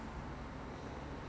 yes yes